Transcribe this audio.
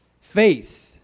faith